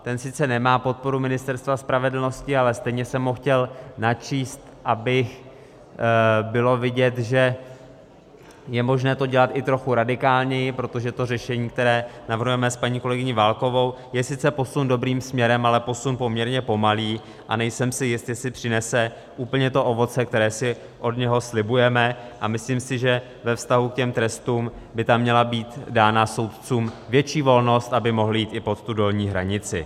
Ten sice nemá podporu Ministerstva spravedlnosti, ale stejně jsem ho chtěl načíst, aby bylo vidět, že je možné to dělat i trochu radikálněji, protože to řešení, které navrhujeme s paní kolegyní Válkovou, je sice posun dobrým směrem, ale posun poměrně pomalý a nejsem si jist, jestli přinese úplně to ovoce, které si od něho slibujeme, a myslím si, že ve vztahu k těm trestům by tam měla být dána soudcům větší volnost, aby mohli jít pod tu dolní hranici.